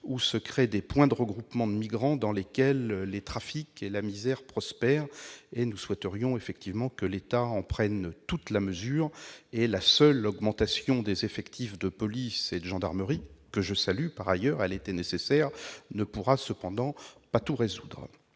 où se créent des points de regroupement de migrants dans lesquels les trafics et la misère prospèrent. Nous souhaiterions que l'État en prenne toute la mesure. La seule augmentation des effectifs de police et de gendarmerie, que je salue par ailleurs- elle était nécessaire -, ne pourra pas tout résoudre.